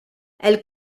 elle